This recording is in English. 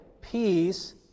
peace